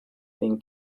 thing